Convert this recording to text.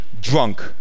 drunk